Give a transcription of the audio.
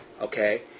Okay